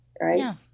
right